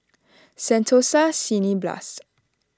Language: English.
Sentosa Cineblast